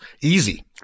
easy